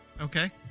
okay